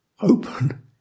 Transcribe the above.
open